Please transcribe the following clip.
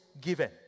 given